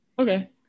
Okay